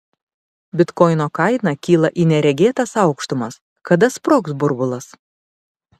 bitkoino kaina kyla į neregėtas aukštumas kada sprogs burbulas